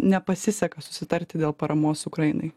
nepasiseka susitarti dėl paramos ukrainai